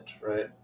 right